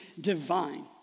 divine